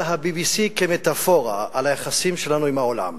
אלא ה- BBCכמטאפורה על היחסים שלנו עם העולם.